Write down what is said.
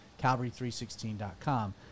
calvary316.com